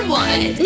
one